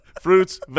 fruits